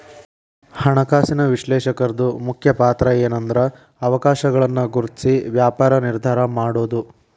ಹಣಕಾಸಿನ ವಿಶ್ಲೇಷಕರ್ದು ಮುಖ್ಯ ಪಾತ್ರಏನ್ಂದ್ರ ಅವಕಾಶಗಳನ್ನ ಗುರ್ತ್ಸಿ ವ್ಯಾಪಾರ ನಿರ್ಧಾರಾ ಮಾಡೊದು